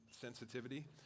sensitivity